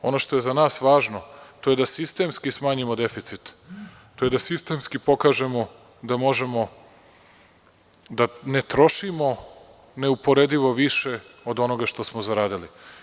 Ono što je za nas važno, to je da sistemski smanjimo deficit, to je da sistemski pokažemo da možemo da ne trošimo neuporedivo više od onoga što smo zaradili.